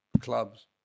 clubs